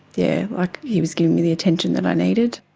yeah, like he was giving me the attention that i needed.